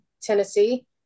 Tennessee